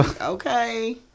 okay